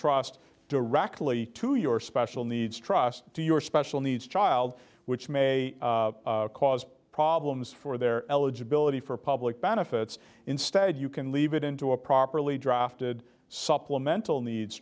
trust directly to your special needs trust to your special needs child which may cause problems for their eligibility for public benefits instead you can leave it into a properly drafted supplemental needs